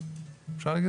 אפשר להגיד,